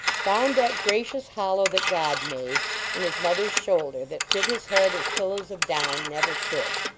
found that gracious hollow that god made in his mother s shoulder that fit his head as pillows of down never could.